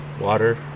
water